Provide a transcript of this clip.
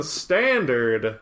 standard